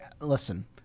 listen